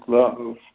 love